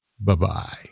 Bye-bye